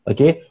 Okay